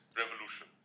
revolution